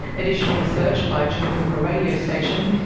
additional research by tjuma pulka radio station,